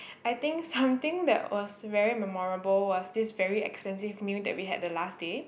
I think something that was very memorable was this very expensive meal that we had the last day